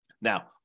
Now